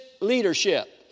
leadership